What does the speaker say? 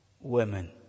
women